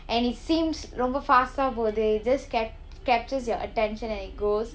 and it seems ரொம்ப:romba fast ah போது:apodhu they just cap~ captures your attention and it goes